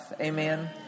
Amen